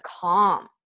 calm